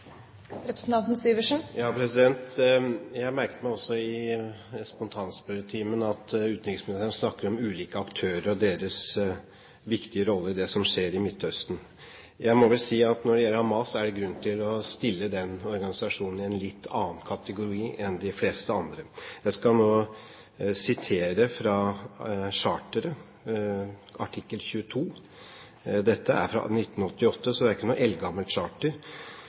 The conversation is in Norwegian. Jeg merket meg også i spontanspørretimen at utenriksministeren snakket om ulike aktører og deres viktige rolle i det som skjer i Midtøsten. Jeg må vel si at når det gjelder Hamas, er det grunn til å plassere den organisasjonen i en litt annen kategori enn de fleste andre. Jeg skal nå referere fra charteret, artikkel 22. Dette er fra 1988, så det er ikke noe